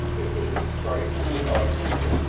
bit of a scrase with the bicycle,